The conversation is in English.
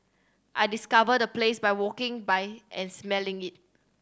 I discovered the place by walking by and smelling it